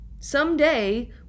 someday